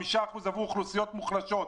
5% עבור אוכלוסיות מוחלשות.